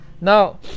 Now